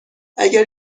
اگر